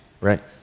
Right